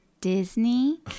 Disney